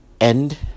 end